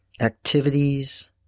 activities